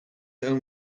own